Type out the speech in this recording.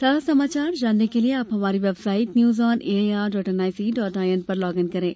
ताजा समाचार जानने के लिए आप हमारी website news on A I R dot N I C dot I N पर लॉग इन करें